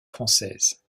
française